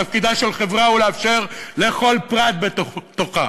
תפקידה של חברה הוא לאפשר לכל פרט בתוכה,